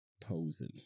posing